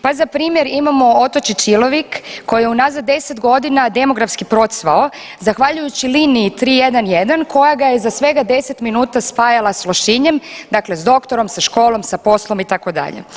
Pa za primjer imamo otočić Ilovik koji je unazad 10 godina demografski procvao zahvaljujući liniji 311 koja ga je za svega 10 minuta spajala s Lošinjem, dakle s doktorom, sa školom, sa poslom itd.